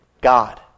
God